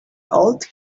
old